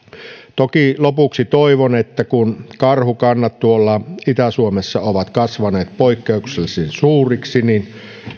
toki lopuksi toivon kun karhukannat tuolla itä suomessa ovat kasvaneet poikkeuksellisen suuriksi että